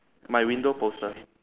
my window poster